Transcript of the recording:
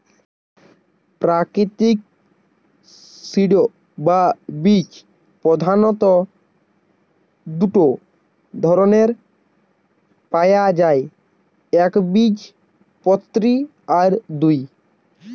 প্রাকৃতিক সিড বা বীজ প্রধাণত দুটো ধরণের পায়া যায় একবীজপত্রী আর দুই